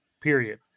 period